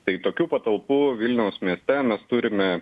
tai tokių patalpų vilniaus mieste mes turime